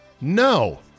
No